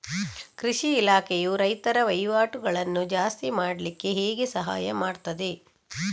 ಕೃಷಿ ಇಲಾಖೆಯು ರೈತರ ವಹಿವಾಟುಗಳನ್ನು ಜಾಸ್ತಿ ಮಾಡ್ಲಿಕ್ಕೆ ಹೇಗೆ ಸಹಾಯ ಮಾಡ್ತದೆ?